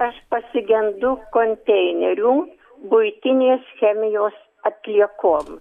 aš pasigendu konteinerių buitinės chemijos atliekom